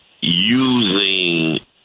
using